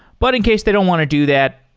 but in case they don't want to do that,